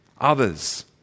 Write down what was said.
others